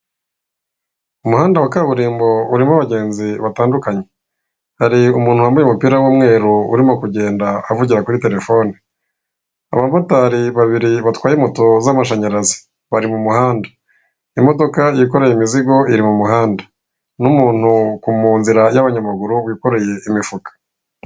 Umuhanda wa kaburimbo urimo abagenzi batandukanye hari umuntu wambaye umupira w'umweru urimo kugenda avugira kuri terefone abamotari babiri batwaye moto z'amashanyarazi bari mu muhanda, imodoka yikoreye imizigo iri mu muhanda, n'umuntu mu nzira y'abanyamaguru wikoreye imifuka.